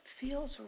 feels